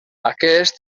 aquest